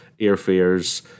airfares